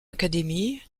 académie